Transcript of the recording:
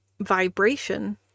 vibration